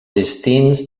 distints